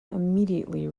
immediately